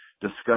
discuss